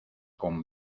con